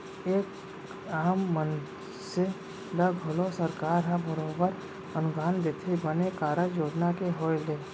एक आम मनसे ल घलौ सरकार ह बरोबर अनुदान देथे बने कारज योजना के होय ले